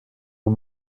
ont